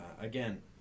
Again